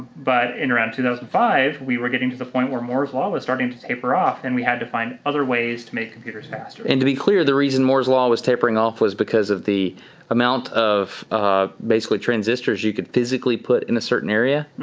but in around two thousand and five, we were getting to the point where moore's law was starting to taper off and we had to find other ways to make computers faster. and to be clear, the reason moore's law was tapering off was because of the amount of basically transistors you could physically put in a certain area.